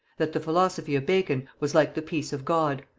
that the philosophy of bacon was like the peace of god,